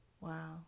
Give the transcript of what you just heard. wow